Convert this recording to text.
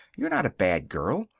you're not a bad girl.